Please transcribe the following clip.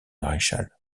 maréchal